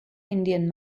indian